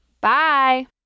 Bye